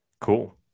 cool